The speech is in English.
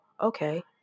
okay